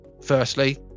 Firstly